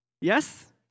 Yes